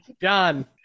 John